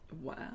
wow